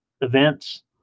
events